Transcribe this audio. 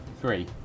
Three